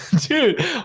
dude